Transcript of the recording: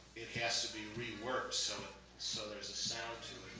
it has to be reworked, so so there's a sound to